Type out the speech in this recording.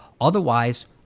Otherwise